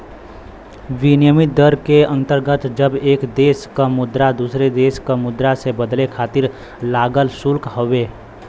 विनिमय दर के अंतर्गत जब एक देश क मुद्रा दूसरे देश क मुद्रा से बदले खातिर लागल शुल्क हउवे